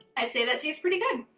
i'd say that tastes pretty good.